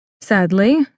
Sadly